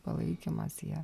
palaikymas jie